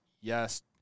Yes